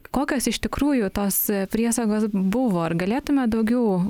kokios iš tikrųjų tos priesagos buvo ar galėtumėt daugiau